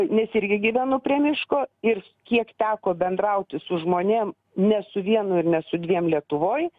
nes irgi gyvenu prie miško ir kiek teko bendrauti su žmonėm ne su vienu ir ne su dviem lietuvoj